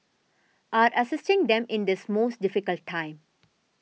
are assisting them in this most difficult time